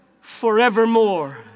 forevermore